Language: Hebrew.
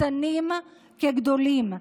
קטנים כגדולים,